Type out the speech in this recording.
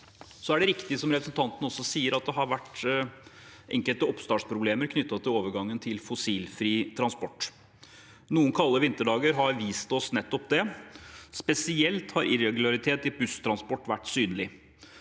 dieseldrift. Som representanten sier, er det riktig at det har vært enkelte oppstartsproblemer knyttet til overgangen til fossilfri transport. Noen kalde vinterdager har vist oss nettopp dette. Spesielt har irregularitet i busstransport vært synlig.